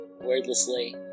wordlessly